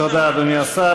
תודה, אדוני השר.